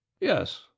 Yes